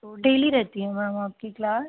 तो डेली रहती है मैडम आपकी क्लास